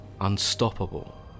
unstoppable